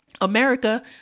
America